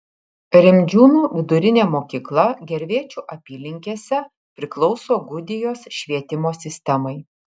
rimdžiūnų vidurinė mokykla gervėčių apylinkėse priklauso gudijos švietimo sistemai